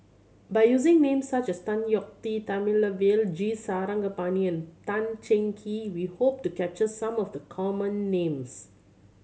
by using names such as Tan Yeok Tee Thamizhavel G Sarangapani Tan Cheng Kee we hope to capture some of the common names